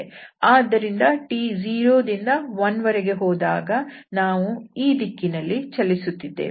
ಆದ್ದರಿಂದ tಯು 0 ದಿಂದ 1 ವರೆಗೆ ಹೋದಾಗ ನಾವು ಈ ದಿಕ್ಕಿನಲ್ಲಿ ಚಲಿಸುತ್ತಿವೆ